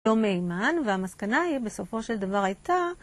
לא מהיימן, והמסקנה היא בסופו של דבר הייתה